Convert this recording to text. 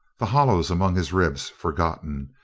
the hollows among his ribs forgotten,